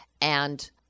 And-